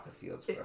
fields